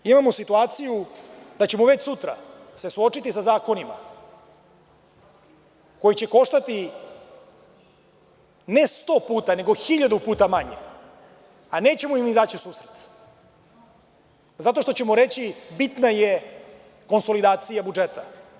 Imamo situaciju da ćemo već sutra se suočiti sa zakonima koji će koštati ne sto puta nego hiljadu puta manje, a nećemo im izaći u susret zato što ćemo reći – bitna je konsolidacija budžeta.